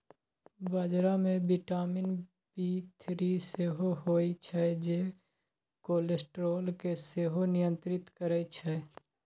बजरा मे vitamin B three सेहो होइ छै जे कोलेस्ट्रॉल केँ सेहो नियंत्रित करय छै